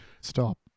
Stop